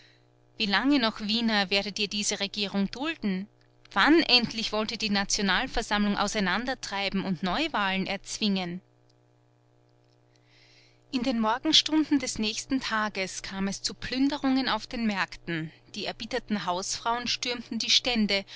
wie lange noch wiener werdet ihr diese regierung dulden wann endlich wollt ihr die nationalversammlung auseinandertreiben und neuwahlen erzwingen in den morgenstunden des nächsten tages kam es zu plünderungen auf den märkten die erbitterten hausfrauen stürmten die stände